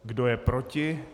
Kdo je proti?